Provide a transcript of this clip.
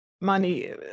money